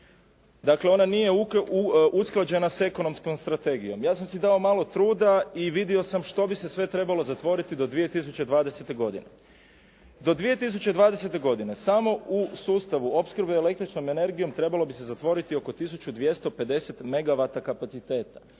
Dakle, ona nije usklađena s ekonomskom strategijom. Ja sam si dao malo truda i vidio sam što bi se sve trebalo zatvoriti do 2020. godine. Do 2020. godine samo u sustavu opskrbe električnom energijom trebalo bi se zatvoriti oko 1250 megavata kapaciteta.